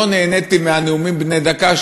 לא נהניתי מהנאומים בני דקה,